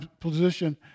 position